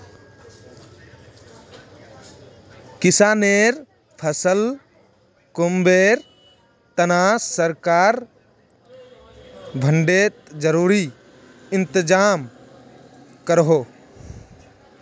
किस्सानेर फसल किंवार तने सरकार मंडित ज़रूरी इंतज़ाम करोह